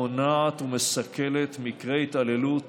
המונעת ומסכלת מקרי התעללות